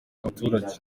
abaturage